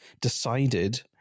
decided